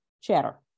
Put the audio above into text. chatter